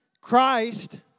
Christ